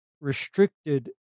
restricted